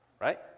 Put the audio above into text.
Right